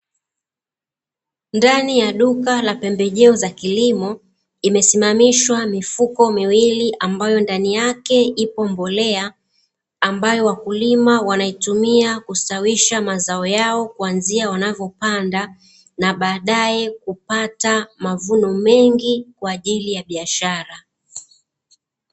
Ndani ya duka la pembejeo za kilimo, imesimamishwa mifuko miwili ambayo ndani yake ipo mbolea, ambayo wakulima wanaitumia kustawisha mazao yao kuanzia wanavyopanda na baadaye kupata mavuno mengi kwaajili ya biashara.